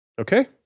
Okay